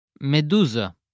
Medusa